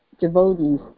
devotees